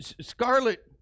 scarlet